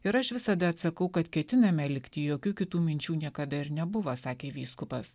ir aš visada atsakau kad ketiname likti jokių kitų minčių niekada ir nebuvo sakė vyskupas